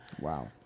wow